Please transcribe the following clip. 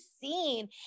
seen